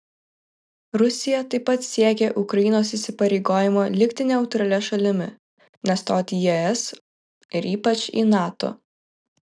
rusija taip pat siekia ukrainos įsipareigojimo likti neutralia šalimi nestoti į es ir ypač į nato